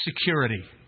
security